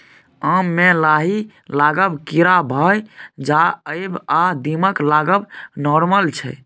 आम मे लाही लागब, कीरा भए जाएब आ दीमक लागब नार्मल छै